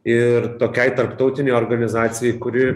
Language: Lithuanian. ir tokiai tarptautinei organizacijai kuri